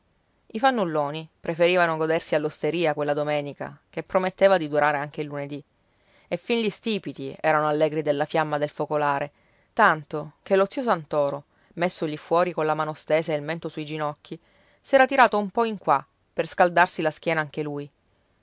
i fannulloni preferivano godersi all'osteria quella domenica che prometteva di durare anche il lunedì e fin gli stipiti erano allegri della fiamma del focolare tanto che lo zio santoro messo lì fuori colla mano stesa e il mento sui ginocchi s'era tirato un po in qua per scaldarsi la schiena anche lui